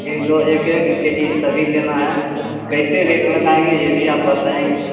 एक दो एक एक के जी सभी लेना है कैसे रेट लगाएँगे यह भी आप बताएँगे